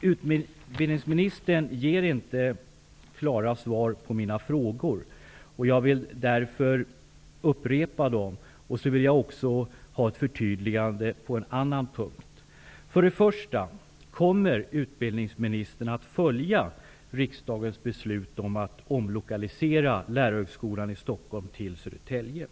Utbildningsministern ger inte klara svar på mina frågor, och jag vill därför upprepa dem. Jag vill också ha ett förtydligande på en annan punkt. För det första: Kommer utbildningsministern att följa riksdagens beslut om att omlokalisera Lärarhögskolan i Stockholm till Södertälje?